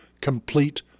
complete